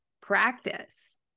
practice